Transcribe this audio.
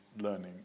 learning